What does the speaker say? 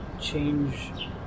change